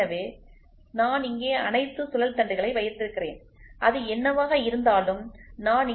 எனவே நான் இங்கே அனைத்து சுழல் தண்டுகளை வைத்திருக்கிறேன் அது என்னவாக இருந்தாலும் நான் இங்கே போல்ட் வைத்திருக்கிறேன்